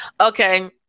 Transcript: Okay